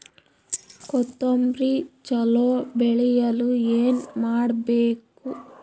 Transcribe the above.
ಕೊತೊಂಬ್ರಿ ಚಲೋ ಬೆಳೆಯಲು ಏನ್ ಮಾಡ್ಬೇಕು?